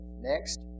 Next